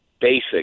basic